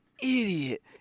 idiot